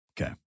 Okay